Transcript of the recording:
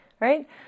Right